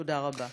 תודה רבה.